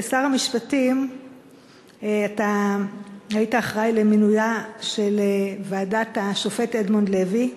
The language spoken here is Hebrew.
כשר המשפטים אתה היית אחראי למינויה של ועדת השופט אדמונד לוי,